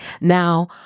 Now